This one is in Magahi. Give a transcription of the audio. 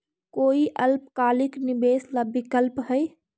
कोई अल्पकालिक निवेश ला विकल्प हई?